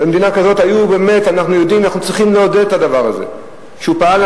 אנחנו צריכים לעודד את זה שהוא פעל.